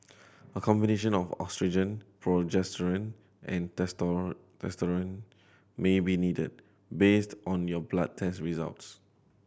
a combination of oestrogen progesterone and testosterone may be needed based on your blood test results